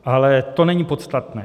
Ale to není podstatné.